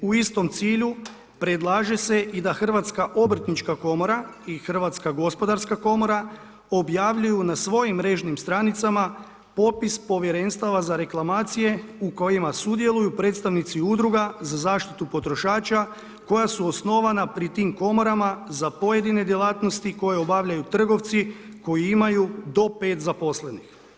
U istom cilju predlaže se i da Hrvatska obrtnička komora i Hrvatska gospodarske komora objavljuju na svojim mrežnim stranicama popis povjerenstava za reklamacije u kojima sudjeluju predstavnici udruga za zaštitu potrošača koja su osnovana pri tim komorama za pojedine djelatnosti koje obavljaju trgovci koji imaju do 5 zaposlenih.